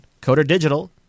CoderDigital